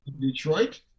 Detroit